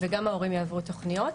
וגם ההורים יעברו תוכניות.